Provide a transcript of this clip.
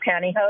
pantyhose